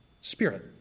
spirit